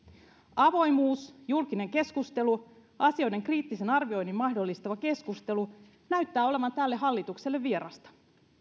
avoimuus julkinen keskustelu asioiden kriittisen arvioinnin mahdollistava keskustelu näyttävät olevan tälle hallitukselle vierasta